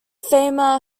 famer